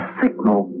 signal